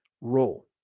Role